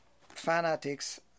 fanatics